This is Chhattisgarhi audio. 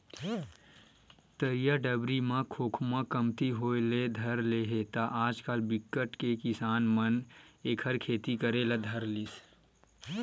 तरिया डबरी म खोखमा कमती होय ले धर ले हे त आजकल बिकट के किसान मन एखर खेती करे ले धर लिस